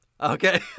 Okay